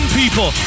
people